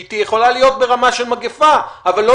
שהיא יכולה להיות ברמה של מגפה אבל לא